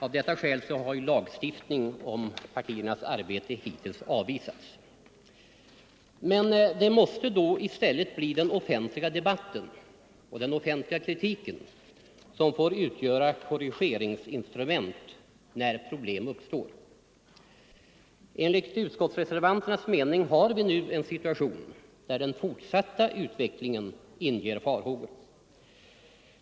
Av detta skäl har lagstiftning om partiernas arbete hittills avvisats. Det måste då i stället bli den offentliga debatten och den offentliga kritiken som får utgöra korrigeringsinstrument när problem uppstår. Enligt utskottsreservanternas mening har vi nu en situation där den fortsatta utvecklingen inger farhågor.